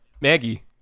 maggie